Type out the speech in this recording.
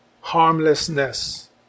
harmlessness